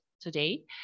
today